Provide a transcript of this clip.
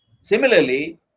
Similarly